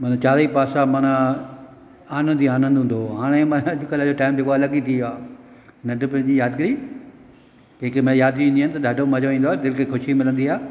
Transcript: माना चारई पासा माना आनंदु ई आनंदु हूंदो हुओ हाणे अॼुकल्ह जो टाइम जेको आहे अलॻि थी वियो आहे नंढिपण जी यादगिरी कंहिं कंहिं महिल यादगिरी ईंदी आहिनि त ॾाढो मज़ो ईंदो आहे दिलि खे ख़ुशी मिलंदी आहे